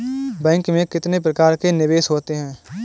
Bank में कितने प्रकार के निवेश होते हैं?